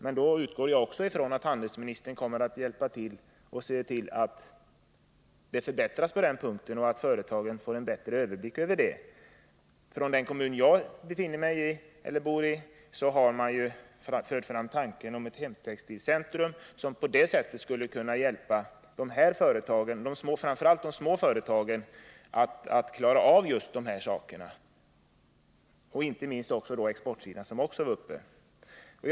Men jag utgår också då från att handelsministern kommer att vilja hjälpa dem genom att se till att det blir förbättringar på den punkten, så att företagen får en bättre överblick. Från den kommun som jag bor i har framförts tanken på ett hemtextilcentrum, som på det sättet skulle kunna hjälpa framför allt de små företagen att klara av de här problemen, inte minst på exportsidan, som ju också togs upp i svaret.